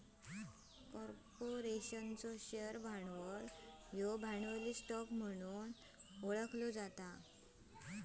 कॉर्पोरेशनचो शेअर भांडवल, भांडवली स्टॉक म्हणून ओळखला जाता